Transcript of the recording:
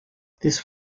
this